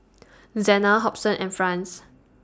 Zena Hobson and Franz